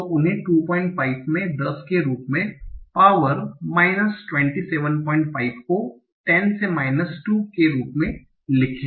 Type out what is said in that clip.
तो उन्हें 25 में 10 के रूप में पावर माइनस 275 को 10 से माइनस 2 में के रूप में लिखें